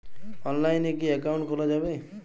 অনলাইনে কি অ্যাকাউন্ট খোলা যাবে?